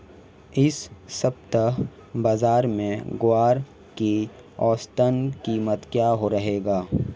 इस सप्ताह बाज़ार में ग्वार की औसतन कीमत क्या रहेगी?